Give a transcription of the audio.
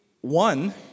one